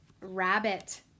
rabbit